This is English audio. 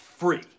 free